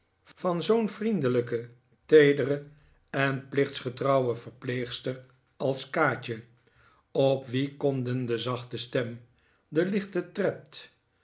van zoo'n vriendelijke teedere en plichtsgetrouwe verpleegster als kaatje op wie konden de zachte stem de lichte tred